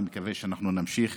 אני מקווה שאנחנו נמשיך